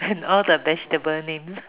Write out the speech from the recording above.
and all the vegetable names